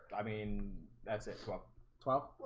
i mean, that's it's well twelve.